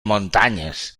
muntanyes